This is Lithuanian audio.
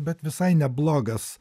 bet visai neblogas